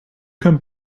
come